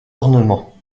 ornement